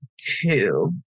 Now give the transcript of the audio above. two